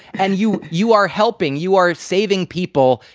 and you you are helping. you are saving people.